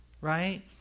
right